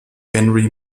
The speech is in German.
henry